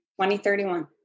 2031